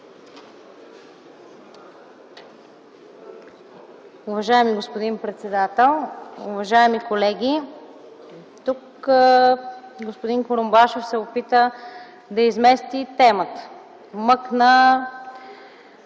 Уважаеми господин председател, уважаеми колеги! Тук господин Курумбашев се опита да измести темата – вмъкна